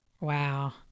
Wow